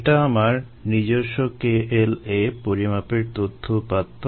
এটা আমার নিজস্ব K L a পরিমাপের তথ্য উপাত্ত